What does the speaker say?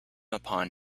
upon